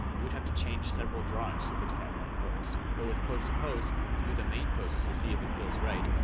you would have to change several drawings to fix that one pose. but with pose to pose you do the main poses to see if it feels right,